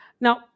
Now